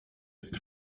ist